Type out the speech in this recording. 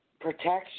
protection